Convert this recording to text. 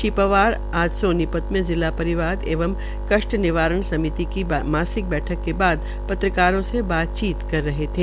श्री पंवार आज सोनीपत में जिला परिवाद एंव कष्ट निवारण समिति की मासिक बैठक के बाद पत्रकारों को बातचीत कर रहे थे